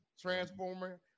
Transformer